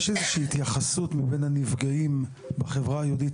יש איזו שהיא התייחסות מבין הנפגעים בחברה היהודיות,